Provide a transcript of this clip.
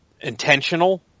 intentional